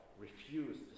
refused